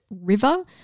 River